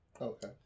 Okay